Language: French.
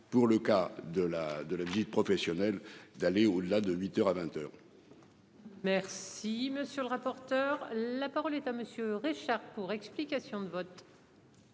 pour le cas de la de la visite professionnelle d'aller au-delà de 8h à 20h. Merci monsieur le rapporteur. La parole est à monsieur Richard pour explication de vote.